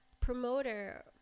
promoter